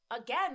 again